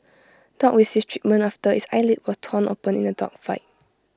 dog receives treatment after its eyelid was torn open in A dog fight